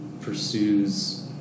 pursues